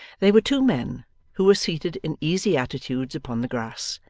they were two men who were seated in easy attitudes upon the grass,